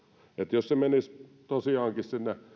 jos se menisi tosiaankin sinne